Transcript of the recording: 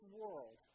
world